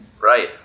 right